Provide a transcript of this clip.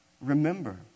Remember